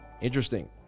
Interesting